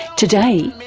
today,